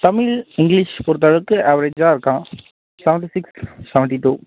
Tamil English பொருத்தளவுக்கு ஆவரேஜாக இருக்கான் செவன்டி சிக்ஸ் செவன்டி டூ